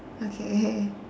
okay